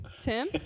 Tim